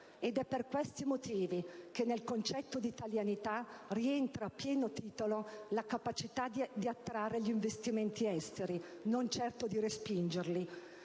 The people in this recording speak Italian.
È per questi motivi che nel concetto di italianità rientra a pieno titolo la capacità di attrarre gli investimenti esteri, non certo di respingerli.